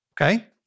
okay